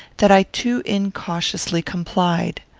that i too incautiously complied.